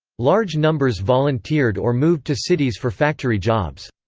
large numbers volunteered or moved to cities for factory jobs.